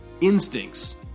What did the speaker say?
instincts